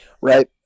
Right